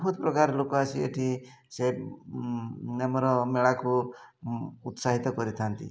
ବହୁତ ପ୍ରକାର ଲୋକ ଆସି ଏଠି ସେ ନେମ୍ର ମେଳାକୁ ଉତ୍ସାହିତ କରିଥାନ୍ତି